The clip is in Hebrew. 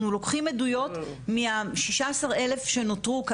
אנחנו לוקחים עדויות מה-16 אלף שנותרו,